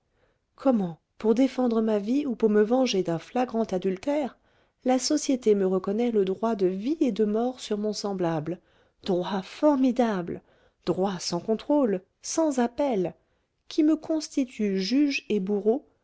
comment pour défendre ma vie ou pour me venger d'un flagrant adultère la société me reconnaît le droit de vie et de mort sur mon semblable droit formidable droit sans contrôle sans appel qui me constitue juge et bourreau